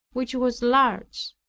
which was large,